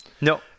No